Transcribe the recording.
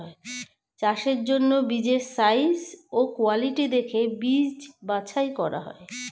চাষের জন্য বীজের সাইজ ও কোয়ালিটি দেখে বীজ বাছাই করা হয়